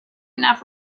enough